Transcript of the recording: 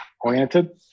oriented